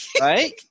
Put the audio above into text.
Right